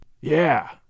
Yeah